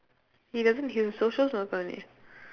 he doesn't he's a social smoker only